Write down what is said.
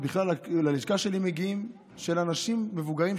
ללשכה שלי מגיעים מקרים של אנשים מבוגרים,